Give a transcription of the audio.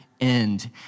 End